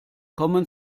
kommen